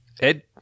Ed